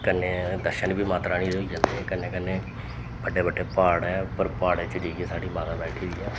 कन्नै दर्शन बी माता रानी दे होई जंदे कन्नै कन्नै बड्डे बड्डे प्हाड़ ऐ उप्पर प्हाड़ें च जाइयै साढ़ी माता बैठी दियां